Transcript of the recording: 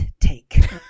take